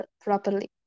properly